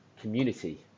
Community